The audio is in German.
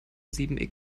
sieben